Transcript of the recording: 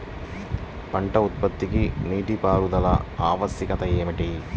పంట ఉత్పత్తికి నీటిపారుదల ఆవశ్యకత ఏమిటీ?